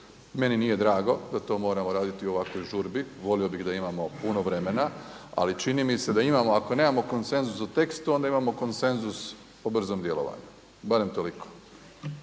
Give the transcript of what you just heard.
Meni nije drago da to moramo raditi u ovakvoj žurbi. Volio bih da imamo puno vremena, ali čini mi se da imamo. Ako nemamo konsenzus u tekstu, onda imamo konsenzus o brzom djelovanju. Barem toliko.